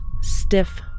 stiff